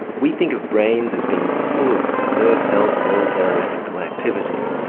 we think of brains as being full of nerve cells with all of their electrical activity,